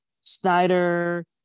Snyder